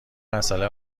مساله